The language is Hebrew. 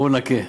בואו נכה.